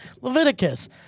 Leviticus